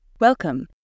Welcome